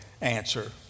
answer